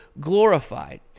glorified